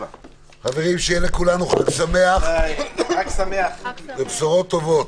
חברים, שיהיה לכולנו חג שמח ובשורות טובות.